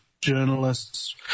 journalists